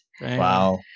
Wow